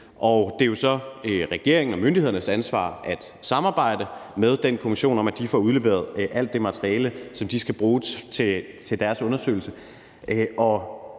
myndighedernes ansvar at samarbejde med den kommission om, at de får udleveret alt det materiale, som de skal bruge til deres undersøgelse.